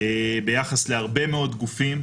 ביחס להרבה מאוד גופים.